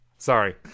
Sorry